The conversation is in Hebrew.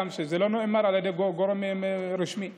זה לא נאמר על ידי גורם רשמי בכלל.